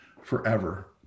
forever